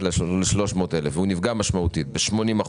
ל-300,000 שקל והוא נפגע משמעותית ב-80%,